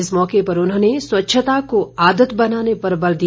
इस मौके प्रधानमंत्री ने स्वच्छता को आदत बनाने पर बल दिया